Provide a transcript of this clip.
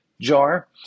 jar